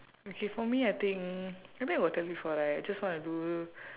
okay for me I think I think I got tell you before right I just wanna do